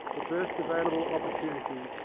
the first available opportunity,